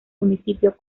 municipio